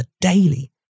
daily